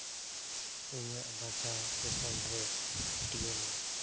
ᱤᱧᱟᱹᱜ ᱵᱟᱪᱷᱟᱣ ᱴᱮᱥᱚᱱ ᱨᱮ ᱛᱤᱸᱜᱩᱱ ᱢᱮ